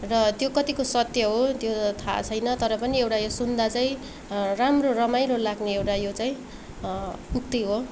र त्यो कतिको सत्य हो त्यो थाहा छैन तर पनि एउटा यो सुन्दा चाहिँ राम्रो रमाइलो लाग्ने एउटा यो चाहिँ उक्ति हो